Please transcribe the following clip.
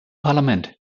parlament